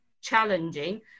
challenging